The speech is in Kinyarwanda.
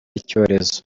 icyorezo